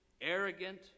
arrogant